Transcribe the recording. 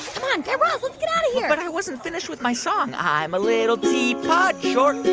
come on, guy raz, let's get out of here but i wasn't finished with my song. i'm a little teapot, short and.